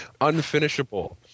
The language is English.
unfinishable